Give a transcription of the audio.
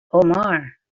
omar